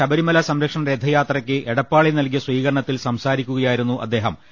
A Sabarimala സംരക്ഷണ രഥയാത്രയ്ക്ക് എടപ്പാളിൽ നൽകിയ സ്വീകരണത്തിൽ സംസാരിക്കുകയായിരുന്നു അദ്ദേഹം